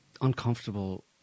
uncomfortable